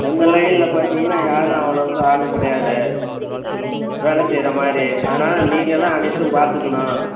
எங்கள் லைனில் பார்த்தீங்கன்னா யாரும் அவ்வளோவுக்கு ஆளு கிடையாது வேலை செய்கிற மாதிரி அதனால் நீங்கள் தான் அனைத்தும் பார்த்துக்கணும்